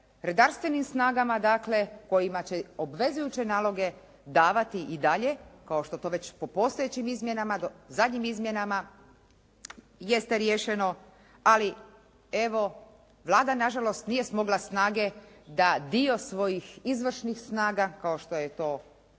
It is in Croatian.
redarstvenim snagama dakle kojima će obvezujuće naloge davati i dalje kao što to već po postojećim izmjenama, zadnjim izmjenama jeste riješeno, ali evo Vlada nažalost nije smogla snage da dio svojih izvršnih snaga kao što je to,